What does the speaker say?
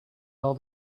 all